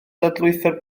dadlwytho